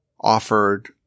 offered